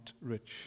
rich